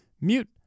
mute